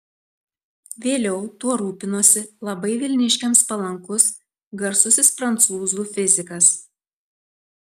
vėliau tuo rūpinosi labai vilniškiams palankus garsusis prancūzų fizikas